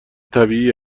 طبیعی